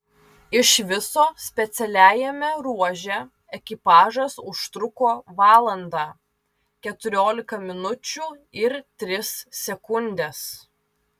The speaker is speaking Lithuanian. iš viso specialiajame ruože ekipažas užtruko valandą keturiolika minučių ir tris sekundes